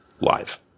live